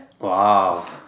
Wow